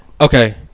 Okay